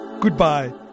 Goodbye